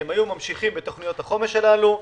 הם היו ממשיכים בתוכניות החומש הללו,